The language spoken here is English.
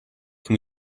can